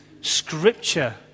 scripture